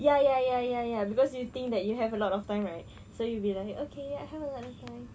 ya ya ya ya ya cause you think that you have a lot of time right so you be like okay I have a lot of time